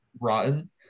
rotten